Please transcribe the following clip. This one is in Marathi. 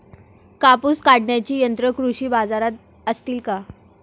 कापूस काढण्याची यंत्रे कृषी बाजारात असतील का?